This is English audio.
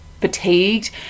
fatigued